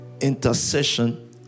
intercession